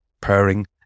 Purring